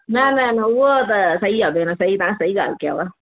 न न न उहो त सही आहे भेण सही तव्हां सही गाल्हि कयव